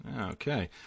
Okay